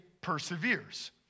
perseveres